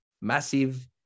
Massive